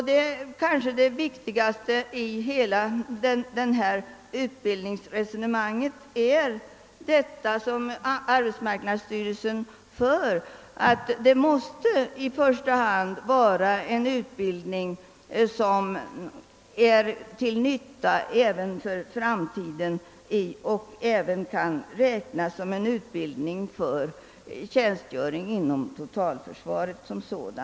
Det kanske viktigaste i hela utbildningsfrågan är vad arbetsmarknadsstyrelsen anför, att det i första hand måste gälla en utbildning som är till nytta även i framtiden och kan räknas som en utbildning för tjänstgöring inom totalförsvaret.